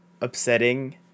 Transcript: upsetting